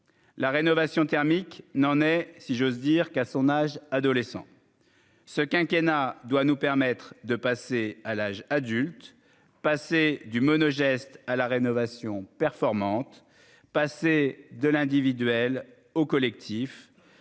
la rénovation thermique n'en est si j'ose dire, qu'à son âge adolescent ce quinquennat doit nous permettre de passer à l'âge adulte, passer du mono geste à la rénovation performante, passer de l'individuel au collectif,